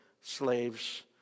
slaves